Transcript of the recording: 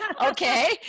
okay